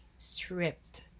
Stripped